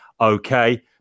Okay